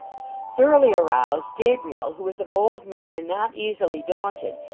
thoroughly aroused, gabriel, who was a bold man and not easily daunted,